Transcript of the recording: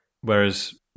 Whereas